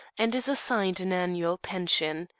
and is assigned an annual pension.